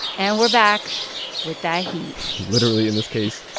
and we're back with that heat literally in this case.